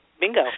bingo